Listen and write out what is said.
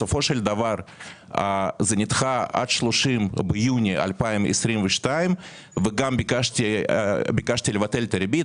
בסופו של דבר זה נדחה עד 30 ביוני 2022. וגם ביקשתי לבטל את הריבית.